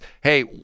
Hey